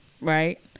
right